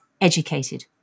educated